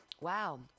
Wow